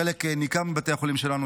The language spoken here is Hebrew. חלק ניכר מבתי החולים שלנו,